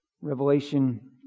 Revelation